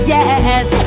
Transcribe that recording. Yes